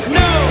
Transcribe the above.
no